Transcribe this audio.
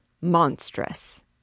monstrous